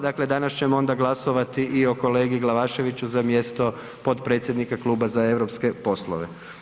Dakle, danas ćemo onda glasovati i o kolegi Glavaševiću za mjesto potpredsjednika Kluba za europske poslove.